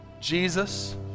Jesus